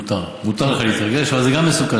מותר לך להתרגש, אבל גם זה מסוכן.